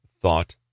thought